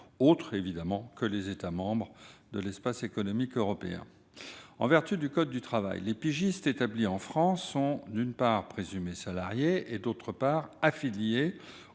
autres que les États membres de l'Espace économique européen. En vertu du code de travail, les pigistes établis en France sont, d'une part, présumés salariés et, d'autre part, affiliés